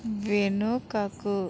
వెనుకకు